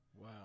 Wow